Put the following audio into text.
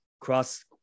cross